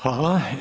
Hvala.